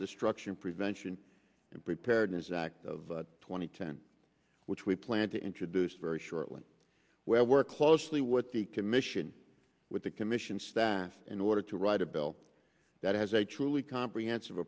destruction prevention and preparedness act of two thousand and ten which we plan to introduce very shortly where work closely with the commission with the commission staff in order to write a bill that has a truly comprehensive